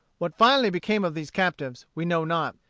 what finally became of these captives we know not.